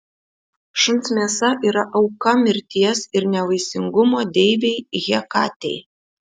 šuns mėsa yra auka mirties ir nevaisingumo deivei hekatei